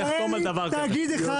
הוא הארכת מועדים או ביטול התאגוד האזורי,